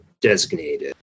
designated